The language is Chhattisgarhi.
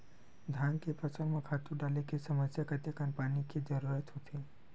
धान के फसल म खातु डाले के समय कतेकन पानी के जरूरत होथे?